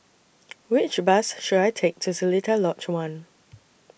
Which Bus should I Take to Seletar Lodge one